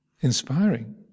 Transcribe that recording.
Inspiring